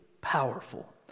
powerful